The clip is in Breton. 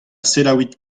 selaouit